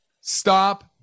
stop